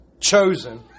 chosen